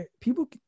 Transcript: people